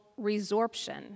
resorption